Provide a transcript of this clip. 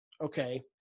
okay